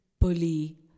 bully